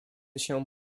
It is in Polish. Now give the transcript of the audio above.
się